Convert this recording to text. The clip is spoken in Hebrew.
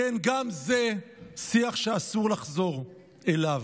כן, גם זה שיח שאסור לחזור אליו.